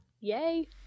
Yay